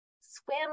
swim